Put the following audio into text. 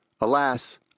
Alas